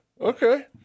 Okay